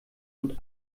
und